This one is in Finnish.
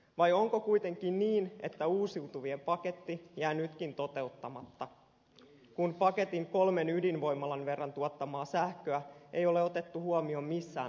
vai onko kuitenkin niin että uusiutuvien paketti jää nytkin toteuttamatta kun paketin kolmen ydinvoimalan verran tuottamaa sähköä ei ole otettu huomioon missään laskelmissa